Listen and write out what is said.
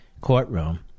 courtroom